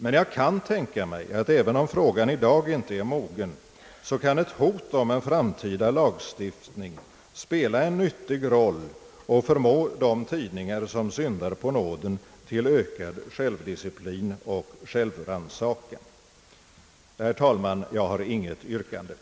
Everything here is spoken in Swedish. Men jag kan tänka mig att även om frågan inte i dag är mogen kan ett hot om framtida lagstiftning spela en nyttig roll och förmå tidningar som syndar på nåden till ökad självdisciplin och självrannsakan. Jag har, herr talman, inget yrkande.